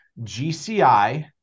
GCI